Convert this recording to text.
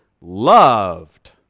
loved